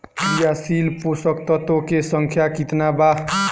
क्रियाशील पोषक तत्व के संख्या कितना बा?